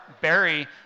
Barry